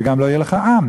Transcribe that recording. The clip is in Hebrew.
וגם לא יהיה לך עם,